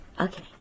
Okay